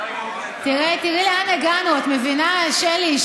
תראה, תראי לאן הגענו, את מבינה, שלי?